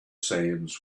sands